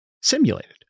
simulated